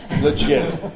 Legit